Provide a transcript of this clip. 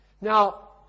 Now